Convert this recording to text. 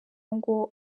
ngo